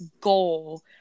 goal